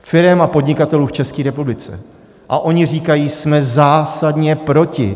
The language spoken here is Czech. firem a podnikatelů v České republice a oni říkají: Jsme zásadně proti!